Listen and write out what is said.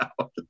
out